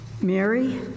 Mary